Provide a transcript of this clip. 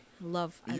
Love